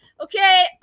Okay